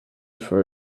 for